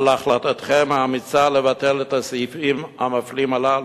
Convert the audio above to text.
על החלטתכם האמיצה לבטל את הסעיפים המפלים הללו,